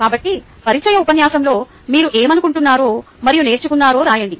కాబట్టి పరిచయ ఉపన్యాసంలో మీరు ఏమనుకుంటున్నారో మరియు నేర్చుకున్నారో రాయండి